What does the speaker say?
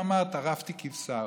ואמר: טרפתי כבשה,